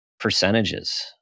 percentages